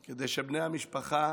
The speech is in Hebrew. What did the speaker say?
כדי שבני המשפחה